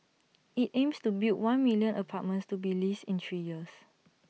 IT aims to build one million apartments to be leased in three years